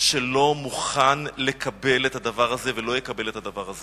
לא מוכן לקבל את הדבר הזה